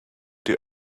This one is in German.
die